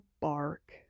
bark